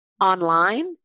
online